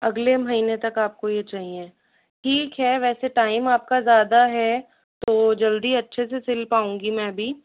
अगले महीने तक आपको यह चाहिए ठीक है वैसे टाइम आपका ज़्यादा है तो जल्दी अच्छे से सिल पाऊँगी मैं भी